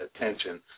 attention